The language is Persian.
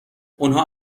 اونها